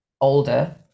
older